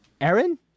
Aaron